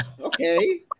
okay